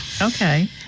Okay